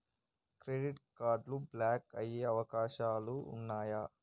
Credit card block అయ్యే అవకాశాలు ఉన్నయా?